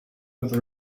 with